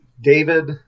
David